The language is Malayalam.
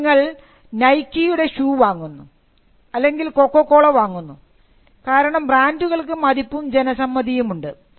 ഇപ്പോൾ നിങ്ങൾ നൈക്കീയുടെ ഷൂ വാങ്ങുന്നു അല്ലെങ്കിൽ കൊക്കോകോള വാങ്ങുന്നു കാരണം ബ്രാൻഡുകൾക്ക് മതിപ്പും ജനസമ്മതിയും ഉണ്ട്